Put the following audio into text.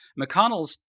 McConnell's